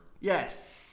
Yes